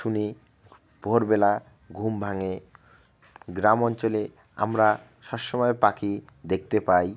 শুনি ভোরবেলা ঘুম ভাঙে গ্রাম অঞ্চলে আমরা সবসময় পাখি দেখতে পাই